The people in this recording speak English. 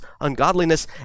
ungodliness